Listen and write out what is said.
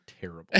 terrible